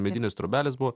medinės trobelės buvo